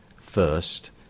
first